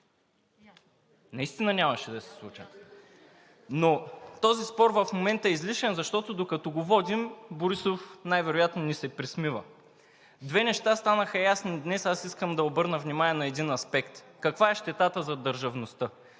Наистина нямаше да се случат. Този спор в момента е излишен, защото, докато го водим, Борисов най-вероятно ни се присмива. Две неща станаха ясни днес. Аз искам да обърна внимание на един аспект – каква е щетата зад държавността?